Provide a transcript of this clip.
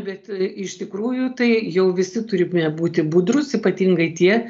bet iš tikrųjų tai jau visi turime būti budrus ypatingai tie